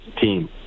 team